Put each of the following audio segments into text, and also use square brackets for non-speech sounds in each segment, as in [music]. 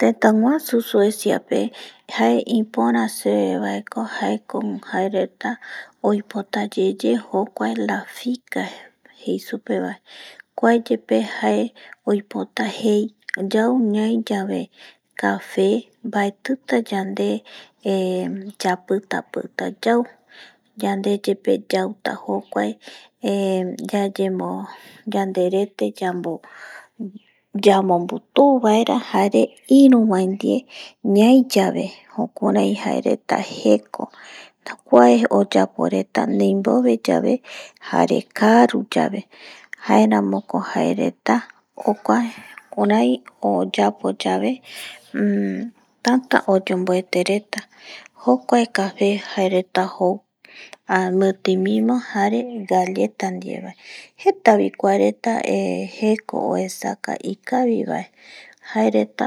Tëtäguasu sueciape jae ipöra supe vaeko jaeko jae reta oipota yeye jokuae la shica jei supe vae kuae yepe jae oipota jei yau ñai yave cafe baetita yandepuere yapitapita yau yande yepe yauta jokua [hesitation] yanderete yanbobitu vaera jare iru vae ndie ñai yave jukurai jaereta jeko kuae oyapo reta deimbove yabe jare caruyae jaeramoko jae reta opa kurai oyapo ysve ,tata oyonbuete reta jokuae cafe jae reta jou metei dive jare galleta dive jeta vi kuae reta eh jeko uesauka ikavi bae jae reta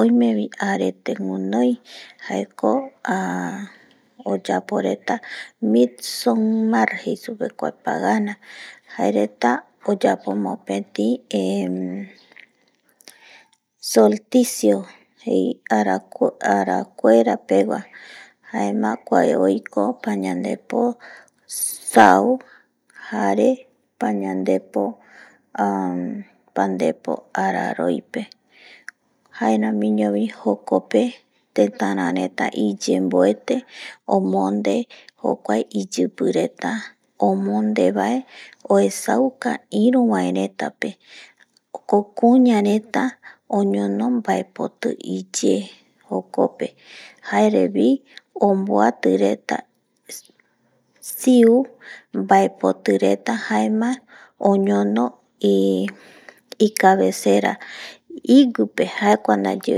oimevi arete winoi, oyapo reta jae reta oyapo mopeti solticio arakuera pevae jaema kuae oiko payandepo sau jare payandepo pandepo araroipe jaeramiñovi jokope tetara reta iyemboeteko omonde jokua iyipi reta omonde vae oesauka iruvae reta pe, kuña reta oñono mbaepoti iye jokope jarevi omboati reta siu mbaepoti reta jaema oñono ikavesera iguipe jokua ndaye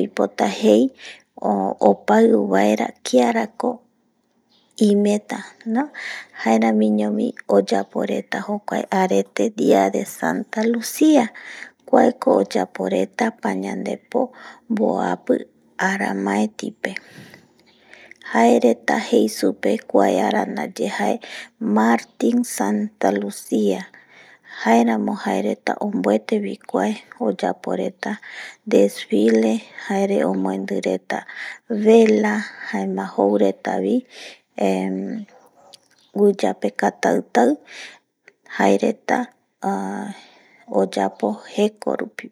oipota jei opau vaera kiarako imetava, jaeramiñovi oyapo reta arete dia de santa lucia kuaeko oyapo reta payandepo mboapi aramaeti pe jae reta jei supe kuae ara ndaye jae martin santa lucia jaeramo jae reta onbuete vi kuae oyapo reta desfiles jarevi omboendi reta vela jaema jou retavi, guiiyape cataitai jae reta oyapo jeko rupi.